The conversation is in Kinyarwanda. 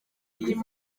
iyi